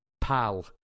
pal